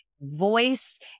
voice